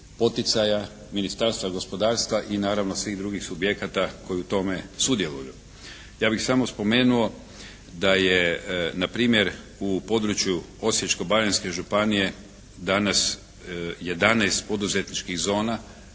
poticaja Ministarstva gospodarstva i naravno svih drugih subjekata koji u tome sudjeluju. Ja bih samo spomenuo da je na primjer u području Osječko-baranjske županije danas 11 poduzetničkih zona.